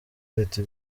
leta